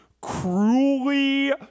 cruelly